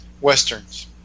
westerns